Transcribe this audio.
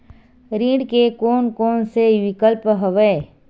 ऋण के कोन कोन से विकल्प हवय?